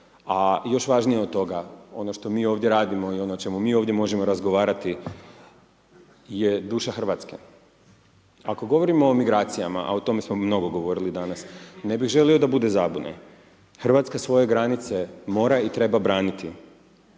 A još važnije od toga, ono što mi ovdje radimo i ono o čemu mi ovdje možemo razgovarati je duša RH. Ako govorimo o migracijama, a o tome smo mnogo govorili danas, ne bih želio da bude zabune. RH svoje granice mora i treba braniti,